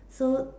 so